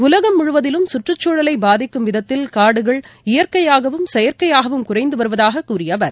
உலகம் முழுவதிலும் கற்றுச்சூழலைபாதிக்கும் விதத்தில் காடுகள் இயற்கையாகவும் செயற்கையாகவும் குறைந்துவருவதாககூறியஅவர்